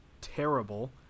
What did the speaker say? terrible